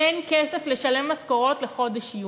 אין כסף לשלם משכורות לחודש יוני.